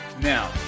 Now